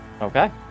Okay